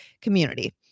community